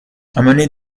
amenez